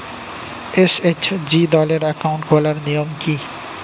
SHG দলের account খোলার নিয়ম কী?